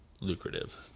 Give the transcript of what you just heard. lucrative